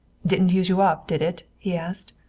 didn't use you up, did it? he asked.